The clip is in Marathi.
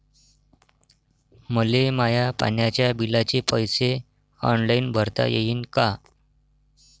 मले माया पाण्याच्या बिलाचे पैसे ऑनलाईन भरता येईन का?